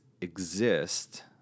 exist